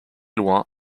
loin